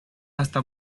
hasta